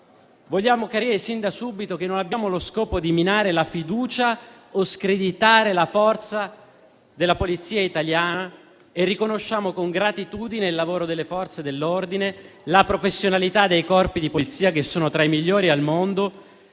Vogliamo chiarire sin da subito che non abbiamo lo scopo di minare la fiducia o screditare la forza della Polizia italiana e riconosciamo con gratitudine il lavoro delle Forze dell'ordine, la professionalità dei Corpi di polizia che sono tra i migliori al mondo